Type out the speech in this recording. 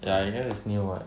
ya because it's near [what]